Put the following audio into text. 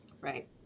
Right